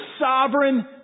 sovereign